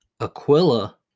Aquila